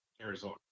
Arizona